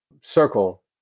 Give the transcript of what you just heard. circle